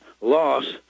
loss